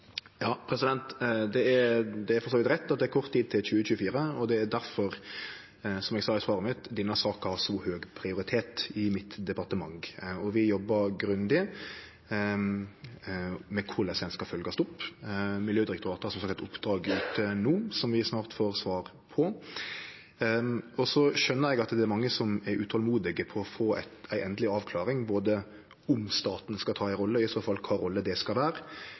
Det er for så vidt rett at det er kort tid til 2024, og det er difor – som eg sa i svaret mitt – denne saka har så høg prioritet i mitt departement, og vi jobbar grundig med korleis ho skal følgjast opp. Miljødirektoratet har altså fått eit oppdrag som vi no snart får svar på. Så skjønar eg at det er mange som er utolmodige etter å få ei endeleg avklaring, både når det gjeld om staten skal ta ei rolle, og i så fall kva rolle det skal vere.